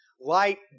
Light